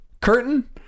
Curtain